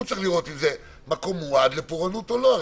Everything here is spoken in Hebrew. הוא צריך לראות אם זה מקום מועד לפורענות או לא.